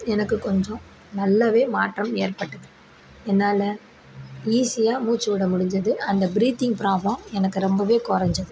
எனக்கு கொஞ்சம் நல்லாவே மாற்றம் ஏற்பட்டுது என்னால் ஈஸியாக மூச்சு விட முடிஞ்சது அந்த பிரீத்திங் ப்ராப்ளம் எனக்கு ரொம்பவே குறஞ்சிது